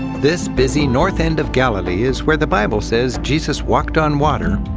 this busy north end of galilee is where the bible says jesus walked on water,